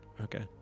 Okay